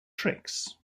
tricks